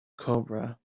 cobra